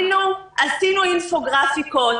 עשינו אינפוגרפיקות.